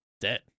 dead